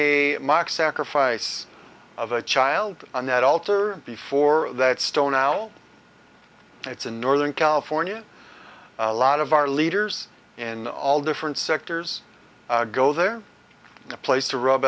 a mock sacrifice of a child on that altar before that stone al it's in northern california a lot of our leaders in all different sectors go there a place to rub